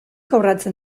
kobratzen